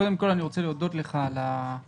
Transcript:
אבל הוא לא נותן לעדכן את הפרטים.